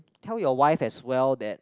tell your wife as well that